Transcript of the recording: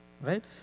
right